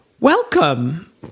welcome